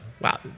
Wow